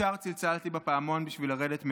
ישר צלצלתי בפעמון בשביל לרדת מהאוטובוס,